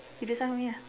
you decide for me ah